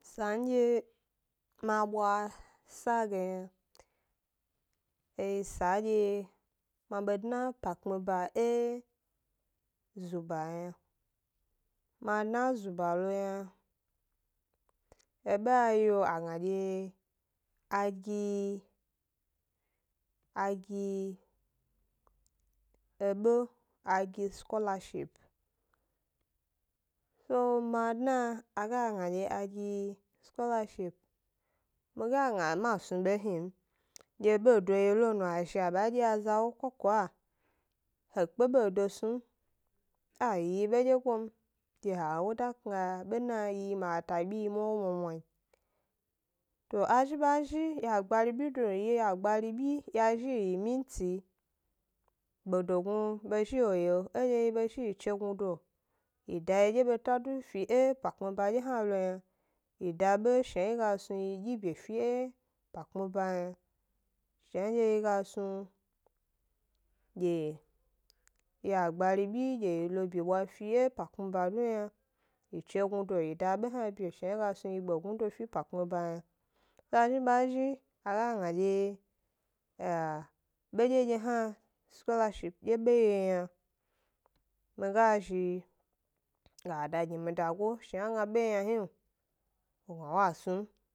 Sandye ma bwa sa ge yna, e yi sandye ma be dna 'pa kpmi ba e zuba yna, ma dna zuba lo yna, eɗe a yio a gna dye a gi a gi ebe a gi skolaship, so ma dna a ga gna dye a gi skolaship, mi ga gna ma snu be hni m, dye bedo yi lo a ga zhi a ba dyi aza 'wo, ko kwa he kpe bedo snu m, a yi bedyegoyi m ke ha 'wo da kna ya, bena yi makata byi yi mwa wo mwamwa n, to a zhi ba zhi yi agbaribyido, yi agbaribyi ya zhi yi yi minti yi, gbedognu be zhi wo yio edye yi be zhi yi chegnudo yi da yidye beta du fi e pa kpmi ba dye hna lo yna, yi da be shna yi ga snu yi dyibye fi e pa kpmi ba yna, shnadye yi ga snu ge yi agbribyi dye yi lo byebwa fi e pa kpmi 'ba du yna, yi chegnudo yi da be hna bye, shna yi ga snu yi gbe e gnudo fi e pa kpmi ba yna, a zhi ba zhi a ga gna dye eh bedye dye hna, skolashi dye be yio yna, mi ga zhi ga da gi mi dago shna gna ebe yi yna hnio, wo gna wa snu m